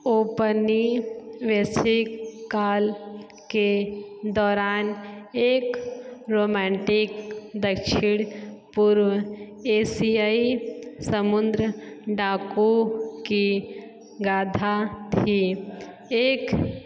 औपनिवेशिक काल के दौरान एक रोमेंटिक दक्षिण पूर्व एशियाई समुद्र डाकू की गाथा थी एक